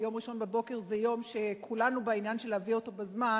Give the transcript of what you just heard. ויום ראשון בבוקר זה יום שכולנו בעניין של להביא אותו בזמן.